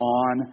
on